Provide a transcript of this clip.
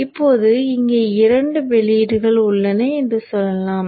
இப்போது இங்கே இரண்டு வெளியீடுகள் உள்ளன என்று சொல்லலாம்